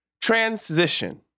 transition